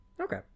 Okay